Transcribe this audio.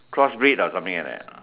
crossbreed or something like that ah